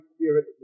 spirit